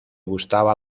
gustaba